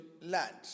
land